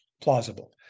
plausible